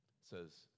says